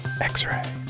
X-Ray